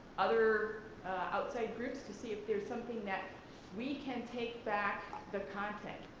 other outside groups to see if there's something that we can take back the content.